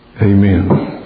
Amen